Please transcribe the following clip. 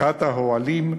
מחאת האוהלים,